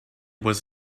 was